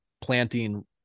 planting